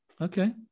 Okay